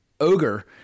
ogre